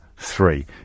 Three